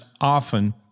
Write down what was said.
often